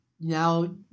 now